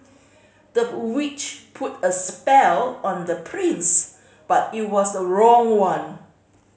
the witch put a spell on the prince but it was the wrong one